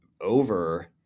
over